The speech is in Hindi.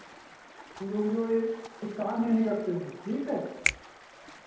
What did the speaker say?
तुम लोग जो ये कुछ काम ही नहीं करते हो ठीक है